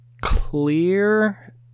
clear